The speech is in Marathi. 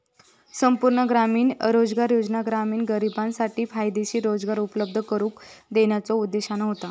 संपूर्ण ग्रामीण रोजगार योजना ग्रामीण गरिबांसाठी फायदेशीर रोजगार उपलब्ध करून देण्याच्यो उद्देशाने होता